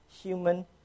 human